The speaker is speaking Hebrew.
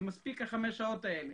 מספיק חמש השעות האלה,